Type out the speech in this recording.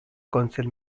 council